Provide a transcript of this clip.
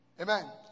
Amen